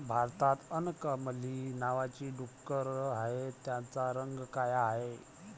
भारतात अंकमली नावाची डुकरं आहेत, त्यांचा रंग काळा आहे